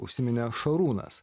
užsiminė šarūnas